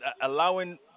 allowing